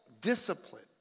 discipline